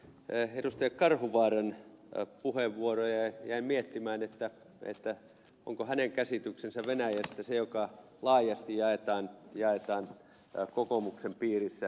karhuvaaran puheenvuoroa jäin miettimään onko hänen käsityksensä venäjästä laajasti jaettu kokoomuksen piirissä